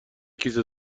کیسه